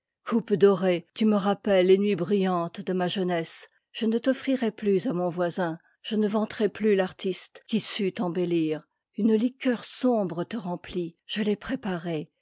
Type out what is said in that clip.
coupe dorée tu me rappelles les nuits bruyantes de ma jeunesse je ne t'offrirai plus à mon voisin je ne vanterai plus l'artiste qui sut t'embellir une liqueur sombre te remplit je l'ai préparée